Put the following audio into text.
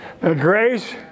Grace